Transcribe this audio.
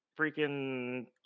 freaking